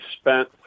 spent